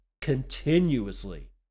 continuously